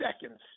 seconds